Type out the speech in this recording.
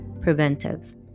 preventive